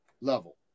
level